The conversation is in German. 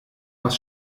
was